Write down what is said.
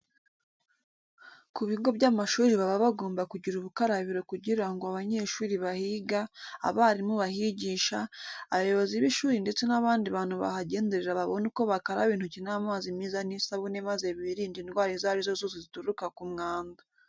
Ku bigo by'amashuri baba bagomba kugira ubukarabiro kugira ngo abanyeshuri bahiga, abarimu bahigisha, abayobozi b'ishuri ndetse n'abandi bantu bahagenderera babone uko bakaraba intoki n'amazi meza n'isabune maze birinde indwara izo ari zo zose zituruka ku mwanda.